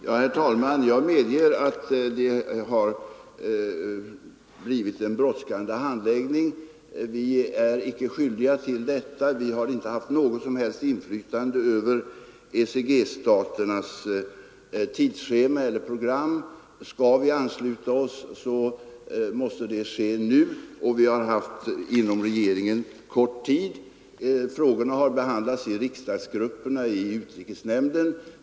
Herr talman! Jag medger att det har blivit en brådskande handläggning. Vi är icke skyldiga till detta. Vi har inte haft något som helst inflytande över ECG-staternas tidsschema eller program. Skall vi ansluta oss måste det ske nu, och vi har haft kort tid inom regeringen. Frågorna har behandlats i riksdagsgrupperna och i utrikesnämnden.